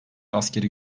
askeri